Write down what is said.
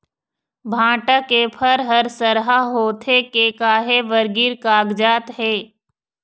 भांटा के फर हर सरहा होथे के काहे बर गिर कागजात हे?